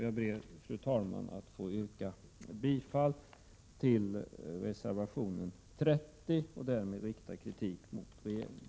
Jag ber, fru talman; att få yrka bifall till reservation 30. Därmed riktar jag kritik mot regeringen.